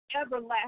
everlasting